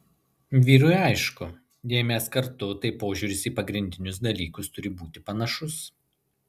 vyrui aišku jei mes kartu tai požiūris į pagrindinius dalykas turi būti panašus